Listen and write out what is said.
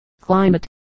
climate